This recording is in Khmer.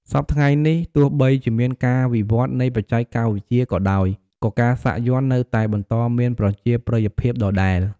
សព្វថ្ងៃនេះ ទោះបីជាមានការវិវឌ្ឍន៍នៃបច្ចេកវិទ្យាក៏ដោយ ក៏ការសាក់យ័ន្តនៅតែបន្តមានប្រជាប្រិយភាពដដែល។